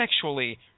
sexually